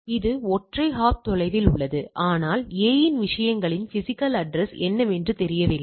இது ஒற்றை ஹாப் தொலைவில் உள்ளது ஆனால் A இன் விஷயங்களின் பிஸிக்கல் அட்ரஸ் என்னவென்று தெரியவில்லை